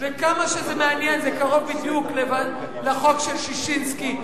וכמה שזה מעניין, זה קרוב בדיוק לחוק של ששינסקי.